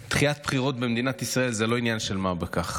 דחיית בחירות במדינת ישראל היא לא עניין של מה בכך.